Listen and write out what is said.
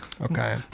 Okay